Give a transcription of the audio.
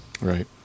Right